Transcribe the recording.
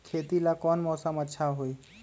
खेती ला कौन मौसम अच्छा होई?